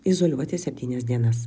izoliuotis septynias dienas